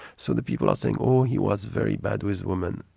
so the people are saying, oh, he was very bad with women'.